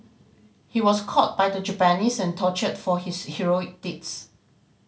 he was caught by the Japanese and tortured for his heroic deeds